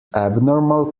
abnormal